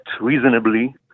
reasonably